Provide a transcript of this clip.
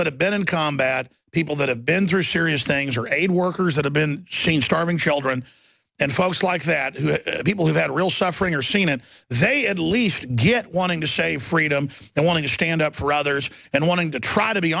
that have been in combat people that have been through serious things or aid worker that have been changed arming children and folks like that who have people who've had real suffering or seen it they at least get wanting to say freedom and wanting to stand up for others and wanting to try to be